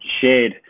shared